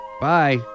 Bye